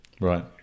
Right